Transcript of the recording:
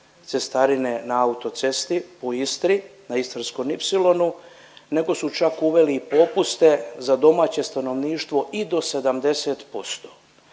cestarine na autocesti u Istri, na Istarskom ipsilonu, nego su čak uveli i popuste za domaće stanovništvo i do 70%,